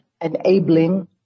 enabling